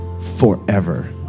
Forever